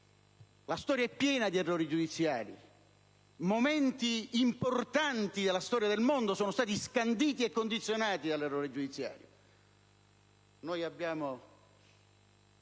La storia è piena di errori giudiziari: momenti importanti della storia del mondo sono stati scanditi e condizionati dall'errore giudiziario.